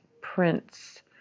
prints